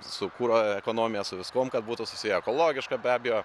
su kuro ekonomija su viskuom kad būtų susiję ekologiška be abejo